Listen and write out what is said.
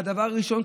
והדבר הראשון,